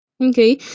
Okay